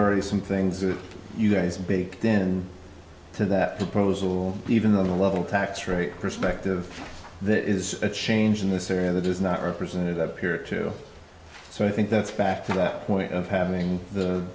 already some things that you guys big then to that proposal even though the level tax rate perspective there is a change in this area that is not represented up here too so i think that's back to the point of having the